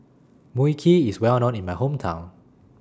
Mui Kee IS Well known in My Hometown